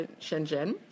Shenzhen